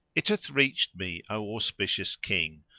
it hath reached me, o auspicious king,